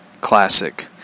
Classic